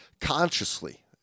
consciously